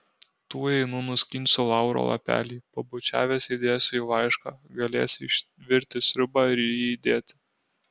tuoj einu nuskinsiu lauro lapelį pabučiavęs įdėsiu į laišką galėsi išvirti sriubą ir jį įdėti